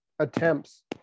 attempts